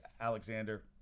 Alexander